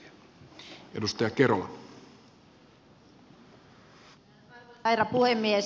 arvoisa herra puhemies